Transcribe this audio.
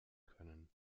können